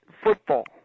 football